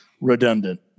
redundant